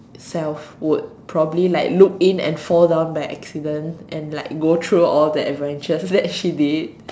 self would probably like look in and fall down by accident and like go through all the adventures that she did